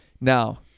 now